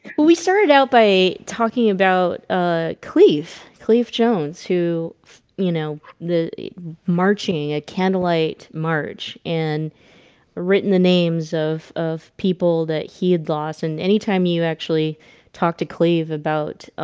we started out by talking about ah cleve cleve jones who you know the marching a candlelight march and written the names of of people that he had lost and anytime you actually talk to cleve about ah